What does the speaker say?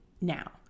now